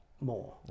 more